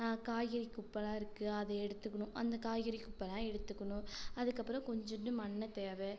காய்கறி குப்பைல்லாம் இருக்குது அதை எடுத்துக்கணும் அந்தக் காய்கறிக் குப்பைல்லாம் எடுத்துக்கணும் அதுக்கப்புறம் கொஞ்சோண்டு மண்ணு தேவை